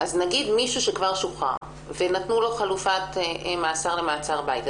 נגיד מישהו שכבר שוחרר ונתנו לו חלופת מעצר למעצר בית,